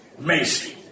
Macy